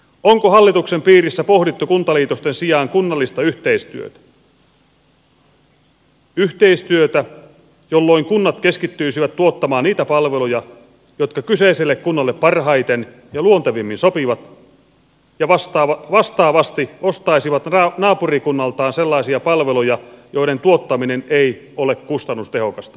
onko hallituksen piirissä pohdittu kuntaliitosten sijaan kunnallista yhteistyötä jolloin kunnat keskittyisivät tuottamaan niitä palveluja jotka kyseiselle kunnalle parhaiten ja luontevimmin sopivat ja vastaavasti ostaisivat naapurikunnaltaan sellaisia palveluja joiden tuottaminen ei ole kustannustehokasta omalle kunnalle